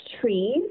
trees